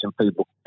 people